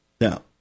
Now